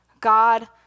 God